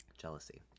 Jealousy